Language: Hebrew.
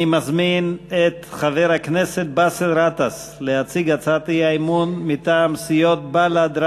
אני מזמין את חבר הכנסת באסל גטאס להציג הצעת אי-אמון מטעם סיעות בל"ד,